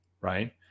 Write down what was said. right